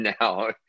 now